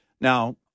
Now